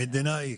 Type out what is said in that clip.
מדינה X,